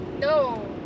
No